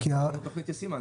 זאת תוכנית ישימה.